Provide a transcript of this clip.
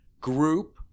group